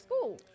school